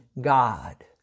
God